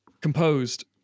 Composed